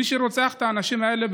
מי שרוצח את הנשים האלה,